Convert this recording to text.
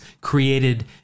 created